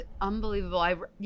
unbelievable